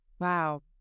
wow